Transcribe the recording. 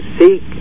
seek